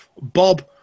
Bob